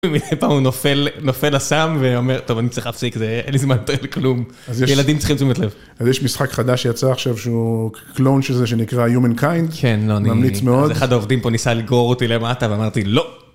פעם הוא נופל, נופל לסם, ואומר, טוב, אני צריך להפסיק את זה, אין לי זמן לטעות על כלום. ילדים צריכים לתשומת לב. אז יש משחק חדש שיצא עכשיו שהוא קלואון של זה שנקרא Humankind. כן, לא, אני... ממליץ מאוד. אז אחד העובדים פה ניסה לגור אותי למטה, ואמרתי, לא!